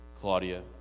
Claudia